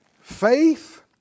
faith